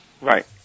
Right